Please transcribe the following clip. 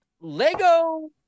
Lego